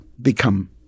become